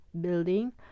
building